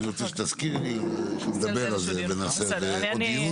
אני רוצה שתזכירי לי שנדבר על זה ונעשה פה דיון.